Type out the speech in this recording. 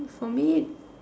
for me